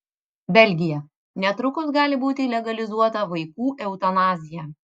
belgija netrukus gali būti legalizuota vaikų eutanazija